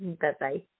Bye-bye